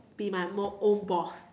be my own own boss